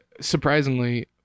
surprisingly